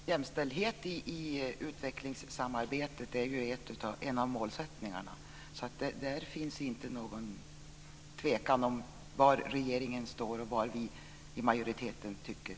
Fru talman! Jämställdhet i utvecklingssamarbetet är ju en av målsättningarna. Där finns det ingen tvekan om var regeringen står och om vad vi i majoriteten tycker.